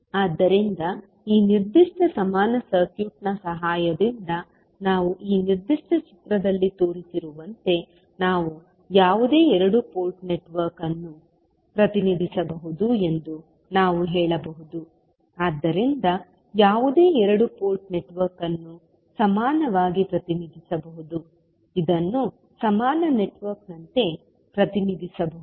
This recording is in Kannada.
ಆದ್ದರಿಂದ ಈ ನಿರ್ದಿಷ್ಟ ಸಮಾನ ನೆಟ್ವರ್ಕ್ನ ಸಹಾಯದಿಂದ ನಾವು ಈ ನಿರ್ದಿಷ್ಟ ಚಿತ್ರದಲ್ಲಿ ತೋರಿಸಿರುವಂತೆ ನಾವು ಯಾವುದೇ ಎರಡು ಪೋರ್ಟ್ ನೆಟ್ವರ್ಕ್ ಅನ್ನು ಪ್ರತಿನಿಧಿಸಬಹುದು ಎಂದು ನಾವು ಹೇಳಬಹುದು ಆದ್ದರಿಂದ ಯಾವುದೇ ಎರಡು ಪೋರ್ಟ್ ನೆಟ್ವರ್ಕ್ ಅನ್ನು ಸಮಾನವಾಗಿ ಪ್ರತಿನಿಧಿಸಬಹುದು ಇದನ್ನು ಸಮಾನ ನೆಟ್ವರ್ಕ್ನಂತೆ ಪ್ರತಿನಿಧಿಸಬಹುದು